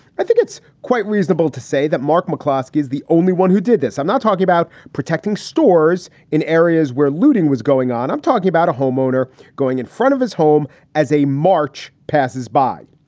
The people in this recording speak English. i think it's quite reasonable to say that mark mcclosky is the only one who did this. i'm not talking about protecting stores in areas where looting was going on. i'm talking about a homeowner going in front of his home. as a march passes by,